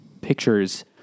pictures